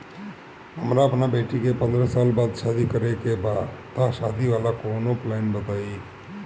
हमरा अपना बेटी के पंद्रह साल बाद शादी करे के बा त शादी वाला कऊनो प्लान बताई?